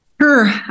Sure